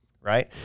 right